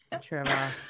Trevor